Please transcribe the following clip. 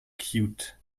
cute